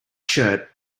shirt